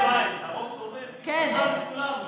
הרוב דומם כי הוא חוסם את כולם.